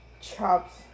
Chops